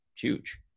huge